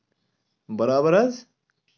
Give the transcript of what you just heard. برابر حظ